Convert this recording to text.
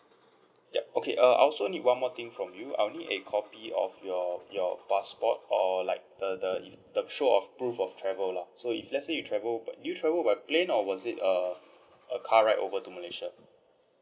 yup okay err I also need one more thing from you I'll need a copy of your your passport or like the the the show of proof of travel lah so if let's say you travel but do you travel by plane or was it a a car ride over to malaysia